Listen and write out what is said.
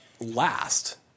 last